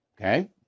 okay